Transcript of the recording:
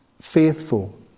faithful